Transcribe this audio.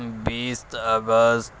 بیس اگست